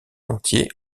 entier